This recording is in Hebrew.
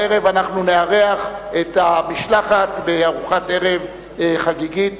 בערב אנחנו נארח את המשלחת בארוחת ערב חגיגית